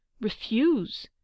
Refuse